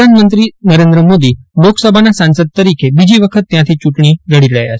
પ્રધાનમંત્રી નરેન્દ્ર મોદી લોકસભાના સાંસદ તરીકે બીજી વખત ત્યાંથી ચૂંટણી લડી રહ્યા છે